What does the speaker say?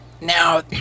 Now